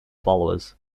followers